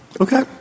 Okay